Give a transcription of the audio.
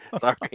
sorry